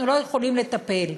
אנחנו לא יכולים לטפל.